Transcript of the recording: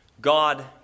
God